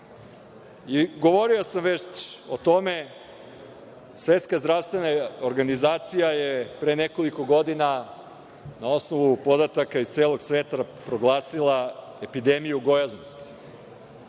Govorio sam već o tome, Svetska zdravstvena organizacija je pre nekoliko godina na osnovu podataka iz celog sveta proglasila epidemiju gojaznosti.